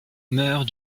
meurt